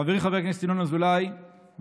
חברי חבר הכנסת ינון אזולאי ואנוכי,